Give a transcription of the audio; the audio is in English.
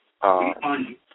on